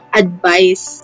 advice